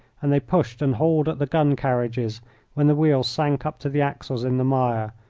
and they pushed and hauled at the gun-carriages when the wheels sank up to the axles in the mire,